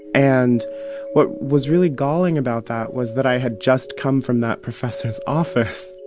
and what was really galling about that was that i had just come from that professor's office,